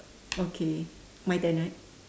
okay my turn right